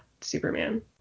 Superman